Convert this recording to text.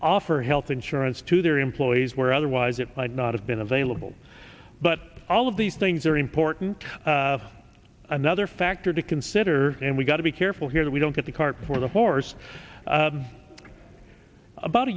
offer health insurance to their employees where otherwise it might not have been available but all of these things are important another factor to consider and we've got to be careful here that we don't get the cart before the horse about